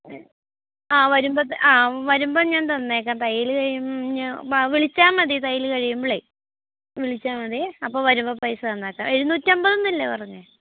ആ വരുആ വരുമ്പോഴത്തേക്കും ഞാൻ തന്നേക്കാം തയ്യൽ കഴിഞ്ഞു വിളിച്ചാൽ മതി തയ്യൽ കഴിയുമ്പോൾ വിളിച്ചാൽ മതി അപ്പോൾ വരുമ്പോൾ പൈസ തന്നേക്കാം എഴുന്നൂറ്റി അമ്പതെ് എന്നല്ലേ പറഞ്ഞത്